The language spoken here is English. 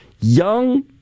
young